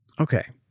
Okay